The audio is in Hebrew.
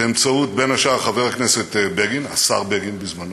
בין השאר באמצעות חבר הכנסת בגין, השר בגין בזמנו,